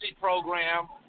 program